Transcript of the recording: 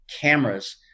cameras